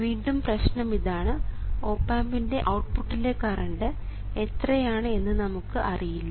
വീണ്ടും പ്രശ്നം ഇതാണ് ഓപ് ആമ്പിൻറെ ഔട്ട്പുട്ടി ലെ കറണ്ട് എത്രയാണ് എന്ന് നമുക്ക് അറിയില്ല